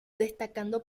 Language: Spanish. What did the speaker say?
destacando